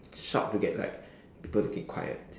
shout to get like people to keep quiet